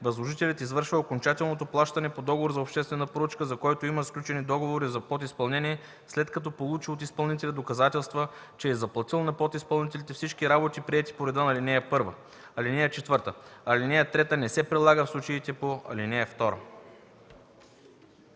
Възложителят извършва окончателното плащане по договор за обществена поръчка, за който има сключени договори за подизпълнение, след като получи от изпълнителя доказателства, че е заплатил на подизпълнителите всички работи, приети по реда на ал. 1. (4) Алинея 3 не се прилага в случаите по ал. 2.”